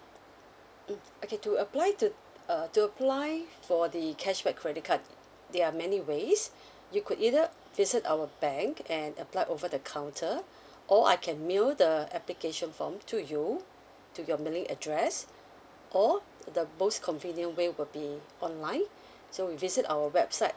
mm okay to apply to uh to apply for the cashback credit card there are many ways you could either visit our bank and apply over the counter or I can mail the application form to you to your mailing address or the most convenient way will be online so you visit our website